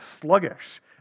sluggish